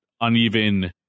uneven